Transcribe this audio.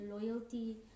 loyalty